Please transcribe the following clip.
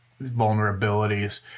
vulnerabilities